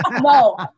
No